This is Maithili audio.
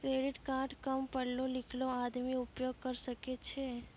क्रेडिट कार्ड काम पढलो लिखलो आदमी उपयोग करे सकय छै?